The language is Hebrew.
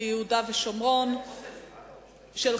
ביהודה ושומרון, הצעות שמספרן 879 ו-896.